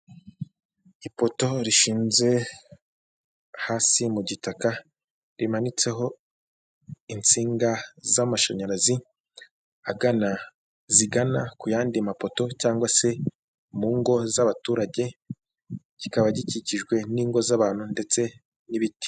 Ipoto rishinze hasi mu gitaka rimanitseho insinga z'amashanyarazi agana, zigana ku yandi mapoto cyangwa se mu ngo z'abaturage, kikaba gikikijwe n'ingo z'abantu ndetse n'ibiti.